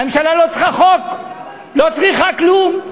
הממשלה לא צריכה חוק, לא צריכה כלום.